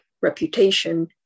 reputation